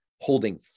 holding